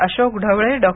Ashok Dhawale Dr